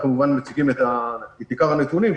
אנחנו כמובן מציגים את עיקר הנתונים,